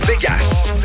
Vegas